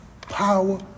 power